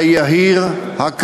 היהיר, הקשוח,